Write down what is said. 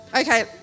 okay